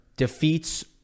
defeats